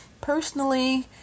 personally